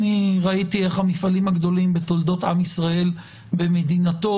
ראיתי איך המפעלים הגדולים בתולדות עם ישראל במדינתנו